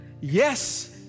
Yes